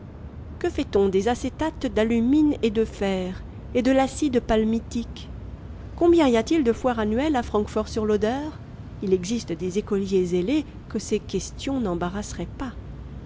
que fait-on des acétates d'alumine et de fer et de l'acide palmitique combien y a-t-il de foires annuelles à francfortsur loder il existe des écoliers zélés que ces questions n'embarrasseraient pas